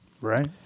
Right